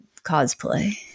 cosplay